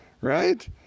right